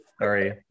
sorry